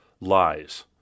lies